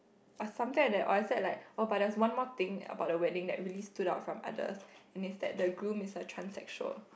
or something like that or except like oh but there was one more thing about the wedding that really stood out from others and it's that the groom is a transsexual